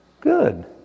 Good